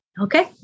Okay